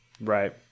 Right